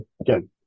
again